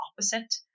opposite